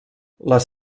les